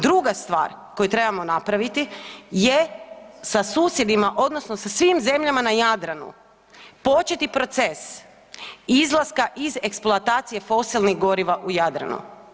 Druga stvar koju trebamo napraviti je sa susjedima odnosno sa svim zemljama na Jadranu početi proces izlaska iz eksploatacije fosilnih goriva u Jadranu.